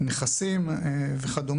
נכסים וכד',